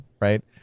right